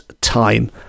time